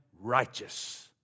righteous